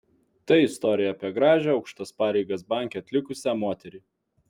tai istorija apie gražią aukštas pareigas banke atlikusią moterį